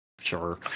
Sure